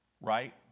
Right